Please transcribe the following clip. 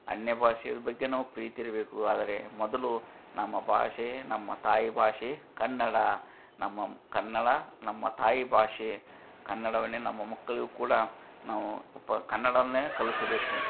ಅನ್ಯ ಭಾಷೆಯ ಬಗ್ಗೆ ನಮ್ಗೆ ಪ್ರೀತಿ ಇರಬೇಕು ಆದರೆ ಮೊದಲು ನಮ್ಮ ಭಾಷೆ ನಮ್ಮ ತಾಯಿ ಭಾಷೆ ಕನ್ನಡ ನಮ್ಮಮ್ಮ ಕನ್ನಡ ನಮ್ಮ ತಾಯಿ ಭಾಷೆ ಕನ್ನಡವನ್ನೇ ನಮ್ಮ ಮಕ್ಕಳಿಗೂ ಕೂಡ ನಾವು ಪ ಕನ್ನಡವನ್ನೇ ಕಲಿಸಬೇಕು